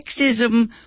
sexism